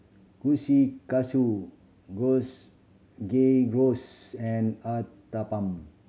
Kushikatsu Gyros Game Rolls and Uthapam